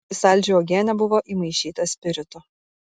į saldžią uogienę buvo įmaišyta spirito